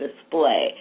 display